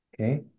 Okay